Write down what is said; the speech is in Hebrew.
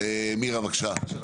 מירה, בבקשה.